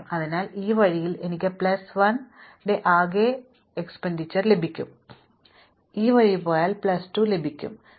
അതിനാൽ ഞാൻ ഈ വഴിയിൽ വന്നാൽ പിന്നെ എനിക്ക് പ്ലസ് 1 ന്റെ ആകെ ചെലവ് വഹിക്കും അതേസമയം ഞാൻ ഈ വഴി പോയാൽ എനിക്ക് പ്ലസ് 2 ലഭിക്കും ശരിയാണ്